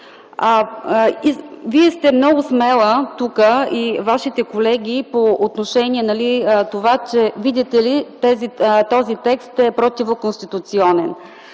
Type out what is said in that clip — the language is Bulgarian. Вие сте много смела тук и Вашите колеги по отношение на това, че видите ли, този текст е противоконституционен.